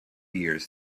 years